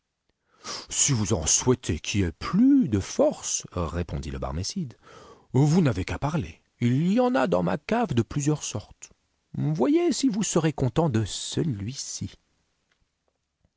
si vous en souhaitez qui ait plus de force répondit le barmécide vous n'avez qu'à parler il y en a dans ma cave de plusieurs sortes voyez si vous serez content de celui-ci